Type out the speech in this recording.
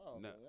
No